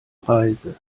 reise